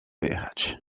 jechać